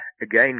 again